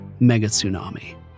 Megatsunami